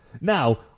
Now